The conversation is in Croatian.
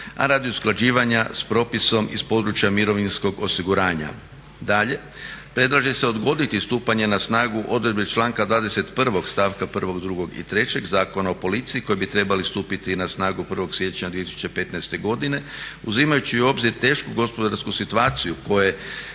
a radi usklađivanja s propisom iz područja mirovinskog osiguranja. Dalje, predlaže se odgoditi stupanje na snagu odredbe članka 21. stavka 1., 2. i 3. Zakona o policiji koji bi trebali stupiti na snagu 1. siječnja 2015. godine uzimajući u obzir tešku gospodarsku situaciju u